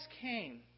came